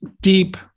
deep